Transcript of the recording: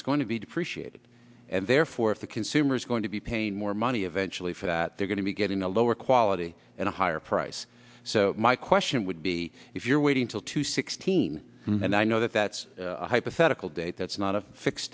is going to be depreciated and therefore if the consumer's going to be paying more money eventually for that they're going to be getting a lower quality and a higher price so my question would be if you're waiting till two sixteen and i know that that's a hypothetical date that's not a fix